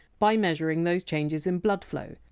by measuring those changes in blood flow.